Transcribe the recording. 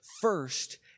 first